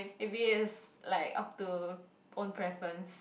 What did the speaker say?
maybe it's like up to own preference